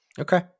Okay